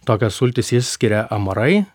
tokias sultis išskiria amarai